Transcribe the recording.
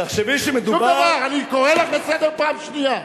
זהבה גלאון,